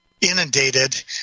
inundated